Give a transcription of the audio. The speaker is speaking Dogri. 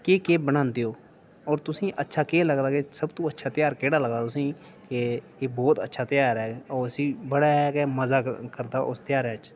केह् केह् बनांदे ओह् ते तुसें ईं अच्छा केह् लगदा के सब तू अच्छा ध्यार केह्ड़ा लगदा तुसें ईं एह् एह् बहुत अच्छा ध्यार ऐ एह् ते ओह् उसी बड़ा गै मज़ा करदा उस ध्यारै च